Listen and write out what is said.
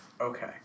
Okay